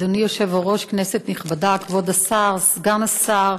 אדוני היושב-ראש, כנסת נכבדה, כבוד השר, סגן השר,